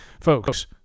Folks